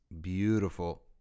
beautiful